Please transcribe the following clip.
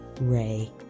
Ray